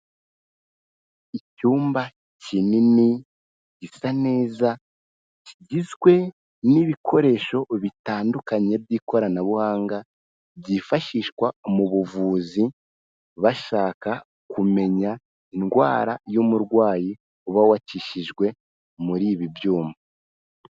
Icyumba kinini, gisa neza, kigizwe n'ibikoresho bitandukanye by'ikoranabuhanga, byifashishwa mu buvuzi, bashaka kumenya indwara y'umurwayi uba wakishijwe muri ibi byuma.